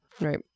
Right